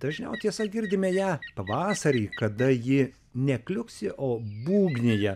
dažniau tiesa girdime ją pavasarį kada ji ne kliuksi o būgnija